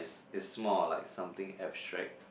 it's more of like something abstract